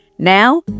Now